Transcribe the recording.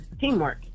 teamwork